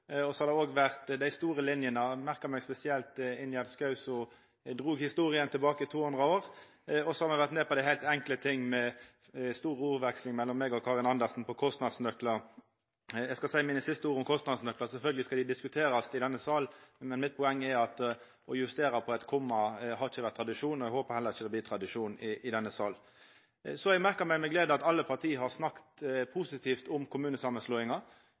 har òg vore dei store linjene. Eg merka meg spesielt Ingjerd Schou, som drog historia frå 200 år tilbake. Så har me vore nede på dei heilt enkle tinga – med ei stor ordveksling mellom meg og Karin Andersen om kostnadsnøklar. Eg skal seia mine siste ord om kostnadsnøklar. Sjølvsagt skal dei diskuterast i denne salen, men poenget mitt er at å justera på eit komma har ikkje vore tradisjon. Eg håpar at det heller ikkje blir tradisjon i denne salen. Eg har merka meg med glede at alle partia har snakka positivt om